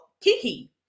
Kiki